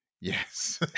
Yes